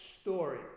story